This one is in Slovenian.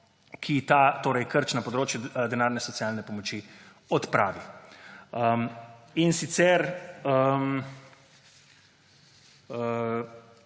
ki krč na področju denarne socialne pomoči odpravi. Temu